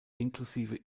inklusive